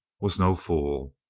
was no fool.